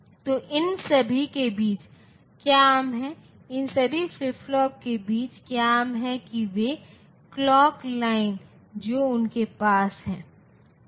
तो इन सभी के बीच क्या आम है इन सभी फ्लिप फ्लॉप के बीच क्या आम है कि वे क्लॉक लाइन जो उनके पास है